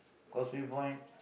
Causeway-Point